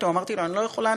אמרתי לו: אני לא יכולה,